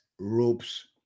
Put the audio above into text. ropes